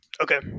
Okay